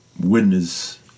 witness